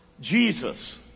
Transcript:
Jesus